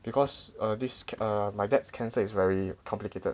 because err this err my dad's cancer is very complicated